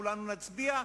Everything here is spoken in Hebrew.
כולנו נצביע,